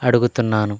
అడుగుతున్నాను